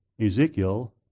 Ezekiel